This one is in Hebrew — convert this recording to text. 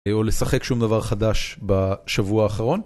או לשחק שום דבר חדש בשבוע האחרון.